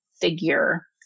figure